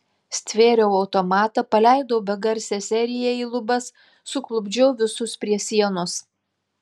stvėriau automatą paleidau begarsę seriją į lubas suklupdžiau visus prie sienos